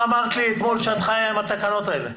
למה אמרת לי אתמול שאת חיה עם התקנות האלה?